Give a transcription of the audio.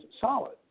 solid